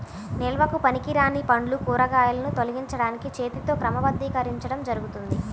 నిల్వకు పనికిరాని పండ్లు, కూరగాయలను తొలగించడానికి చేతితో క్రమబద్ధీకరించడం జరుగుతుంది